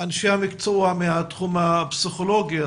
אנשי המקצוע מהתחום הפסיכולוגי.